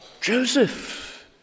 Joseph